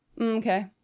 Okay